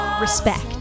respect